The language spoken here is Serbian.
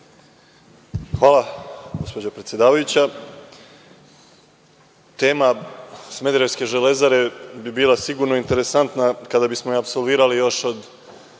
Hvala, gospođo predsedavajuća. Tema smederevske „Železare“ bi bila sigurno interesantna kada bismo je apsolvirali još od